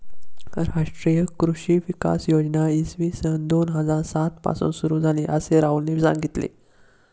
राष्ट्रीय कृषी विकास योजना इसवी सन दोन हजार सात पासून सुरू झाली, असे राहुलने सांगितले